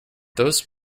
those